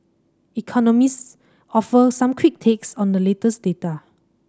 economists offer some quick takes on the latest data